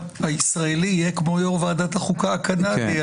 הישראלי יהיה כמו יו"ר וועדת החוקה הקנדי,